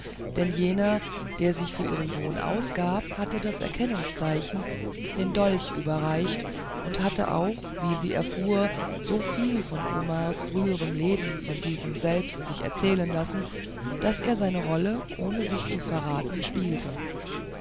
denn jener der sich für ihren sohn ausgab hatte das erkennungszeichen den dolch überreicht und hatte auch wie sie erfuhr so viel von omars früherem leben von diesem selbst sich erzählen lassen daß er seine rolle ohne sich zu verraten spielte